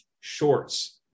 shorts